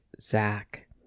Zach